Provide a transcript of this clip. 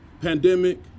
pandemic